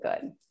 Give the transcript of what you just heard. good